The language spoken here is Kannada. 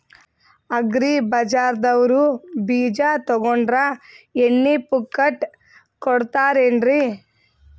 ಅಗ್ರಿ ಬಜಾರದವ್ರು ಬೀಜ ತೊಗೊಂಡ್ರ ಎಣ್ಣಿ ಪುಕ್ಕಟ ಕೋಡತಾರೆನ್ರಿ?